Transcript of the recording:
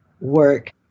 work